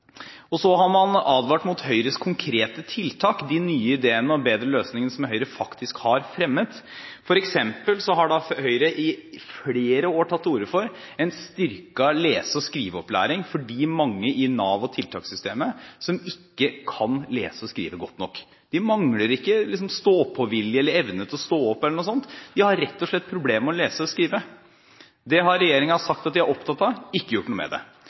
og så har man advart mot Høyres konkrete tiltak – de nye ideene og bedre løsningene som Høyre faktisk har fremmet. For eksempel har Høyre i flere år tatt til orde for en styrket lese- og skriveopplæring for de mange i Nav- og tiltakssystemet som ikke kan lese og skrive godt nok. De mangler ikke stå-på-vilje eller evne til å stå opp eller noe slikt, de har rett og slett problemer med å lese og skrive. Det har regjeringen sagt at de er opptatt av, men ikke gjort noe med det.